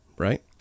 right